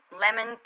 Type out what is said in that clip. Lemon